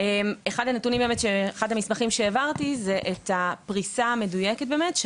אחד המסמכים שהעברתי זה את הפריסה המדויקת של